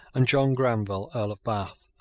and john granville, earl of bath.